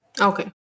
Okay